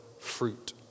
fruit